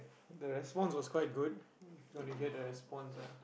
the response was quite good you wanna hear the response ah